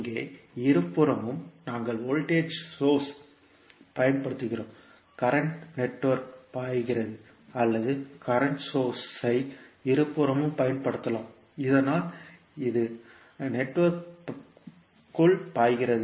இங்கே இருபுறமும் நாங்கள் வோல்ட்டேஜ் சோர்ஸ் ஐப் பயன்படுத்துகிறோம் கரண்ட் நெட்வொர்க்க்கு பாய்கிறது அல்லது கரண்ட்சோர்ஸ் ஐ இருபுறமும் பயன்படுத்தலாம் இதனால் அது நெட்வொர்க்க்குள் பாய்கிறது